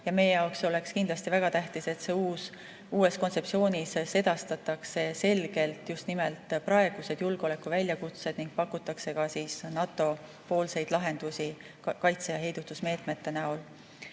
Ja meie jaoks oleks kindlasti väga tähtis, et uues kontseptsioonis sedastatakse selgelt just nimelt praegused julgeolekuväljakutsed ning pakutakse ka NATO‑poolseid lahendusi kaitse‑ ja heidutusmeetmete näol. Eesti